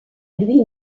lui